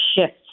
shift